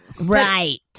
Right